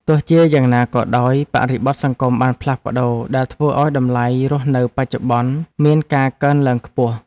ទោះជាយ៉ាងណាក៏ដោយ បរិបទសង្គមបានផ្លាស់ប្ដូរដែលធ្វើឱ្យតម្លៃរស់នៅបច្ចុប្បន្នមានការកើនឡើងខ្ពស់។